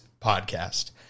podcast